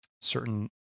Certain